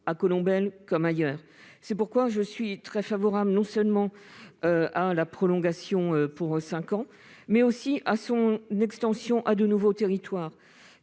à Colombelles comme ailleurs. C'est pourquoi je suis très favorable non seulement à sa prolongation pour cinq ans, mais aussi à son extension à de nouveaux territoires.